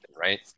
right